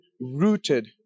rooted